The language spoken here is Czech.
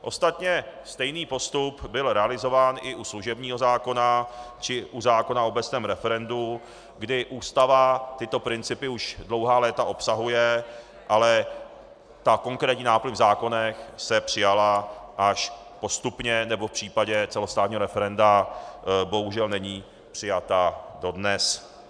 Ostatně stejný postup byl realizován i u služebního zákona či u zákona o obecném referendu, kdy ústava tyto principy už dlouhá léta obsahuje, ale konkrétní náplň v zákonech se přijala až postupně, nebo v případě celostátní referenda bohužel není přijata dodnes.